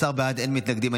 11 בעד, אין מתנגדים.